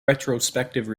retrospective